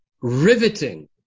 riveting